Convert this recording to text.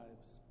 lives